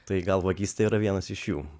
tai gal vagystė yra vienas iš jų